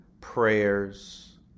prayers